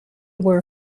were